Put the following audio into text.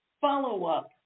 Follow-up